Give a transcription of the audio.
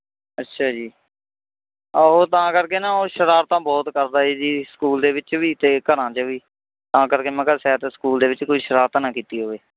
ਅੱਛਾ ਜੀ ਆਹੋ ਤਾਂ ਕਰਕੇ ਨਾ ਉਹ ਸ਼ਰਾਰਤਾਂ ਬਹੁਤ ਕਰਦਾ ਹੈ ਜੀ ਸਕੂਲ ਦੇ ਵਿੱਚ ਵੀ ਅਤੇ ਘਰਾਂ 'ਚ ਵੀ ਤਾਂ ਕਰਕੇ ਮੈਂ ਕਿਹਾ ਸ਼ਾਇਦ ਸਕੂਲ ਦੇ ਵਿੱਚ ਵੀ ਕੋਈ ਸ਼ਰਾਰਤ ਨਾ ਕੀਤੀ ਹੋਵੇ